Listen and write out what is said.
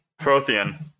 Prothean